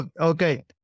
okay